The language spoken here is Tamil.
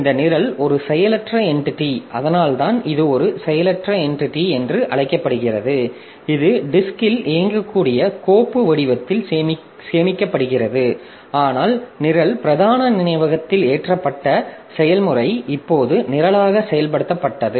இந்த நிரல் ஒரு செயலற்ற என்டிட்டி அதனால்தான் இது ஒரு செயலற்ற என்டிட்டி என்று அழைக்கப்படுகிறது இது டிஸ்க்ல் இயங்கக்கூடிய கோப்பு வடிவத்தில் சேமிக்கப்படுகிறது ஆனால் நிரல் பிரதான நினைவகத்தில் ஏற்றப்பட்ட செயல்முறை இப்போது நிரலாக செயல்படுத்தப்பட்டது